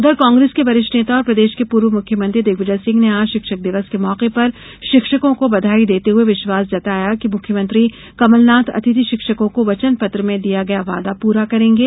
उधर कांग्रेस के वरिष्ठ नेता और प्रदेश के पूर्व मुख्यमंत्री दिग्विजय सिंह ने आज शिक्षक दिवस के मौके पर शिक्षकों को बधाई देते हुए विश्वास जताया कि मुख्यमंत्री कमलनाथ अतिथि शिक्षकों को वचन पत्र में दिया गया वादा पूरा करेंगे